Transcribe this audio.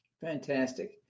Fantastic